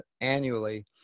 annually